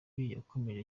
yakomeje